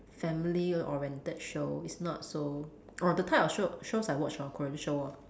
family oriented show it's not so or the type of show shows I watch Korean show ah